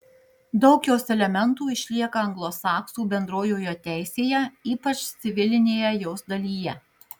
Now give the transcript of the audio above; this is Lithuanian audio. daug jos elementų išlieka anglosaksų bendrojoje teisėje ypač civilinėje jos dalyje